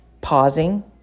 pausing